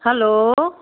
hello